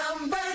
Number